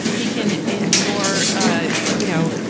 he can endure. ah you know,